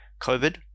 COVID